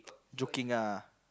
joking ah